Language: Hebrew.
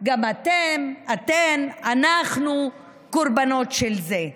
גם אתם, אתן, אנחנו קורבנות של זה.